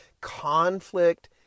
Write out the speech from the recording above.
conflict